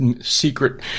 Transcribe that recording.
secret